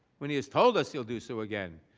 when he is told us he will do so again.